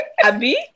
Abby